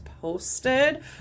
posted